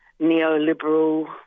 neoliberal